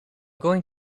going